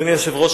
אדוני היושב-ראש,